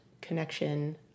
connection